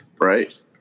Right